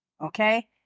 Okay